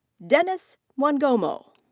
denis mwangomo.